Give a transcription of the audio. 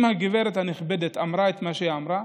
אם הגברת הנכבדת אמרה את מה שהיא אמרה,